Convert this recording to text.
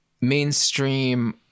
mainstream